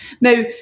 Now